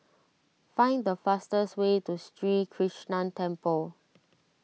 find the fastest way to Sri Krishnan Temple